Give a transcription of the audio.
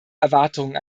erwartungen